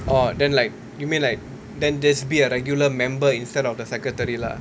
orh then like you mean like then just be a regular member instead of the secretary lah